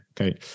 okay